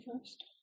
first